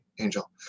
Angel